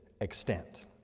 extent